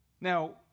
Now